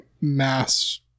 mass